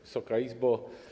Wysoka Izbo!